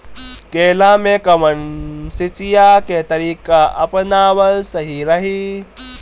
केला में कवन सिचीया के तरिका अपनावल सही रही?